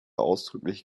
ausdrücklich